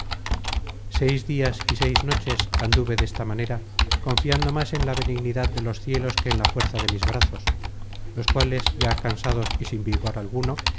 seis dias y seis noches anduve desta manera confiando más en la benignidad de los cielos que en la fuerza de mis brazos los cuales ya cansados y sin vigor alguno